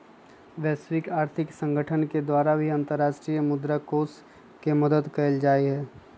वैश्विक आर्थिक संगठन के द्वारा भी अन्तर्राष्ट्रीय मुद्रा कोष के मदद कइल जाहई